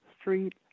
Street